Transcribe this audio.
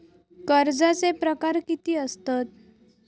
कर्जाचे प्रकार कीती असतत?